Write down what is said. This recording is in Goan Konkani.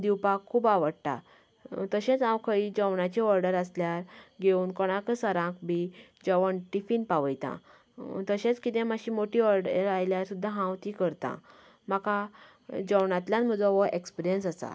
दिवपाक खूब आवडटा तशेंच हांव खंयी जेवणाची ऑर्डर आसल्यार घेवन कोणाक सरांक बी जेवण टिफीन पावयता तशींच मात्शी कितें मोठी ऑर्डर आयल्यार सुद्दां हांव ती करता म्हाका जेवणांतल्यान म्हजो हो ऍक्सपीरियन्स आसा